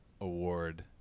Award